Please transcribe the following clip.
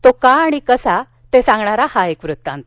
तो का आणि कसा ते सांगणारा हा वृत्तांत